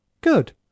good